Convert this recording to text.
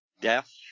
death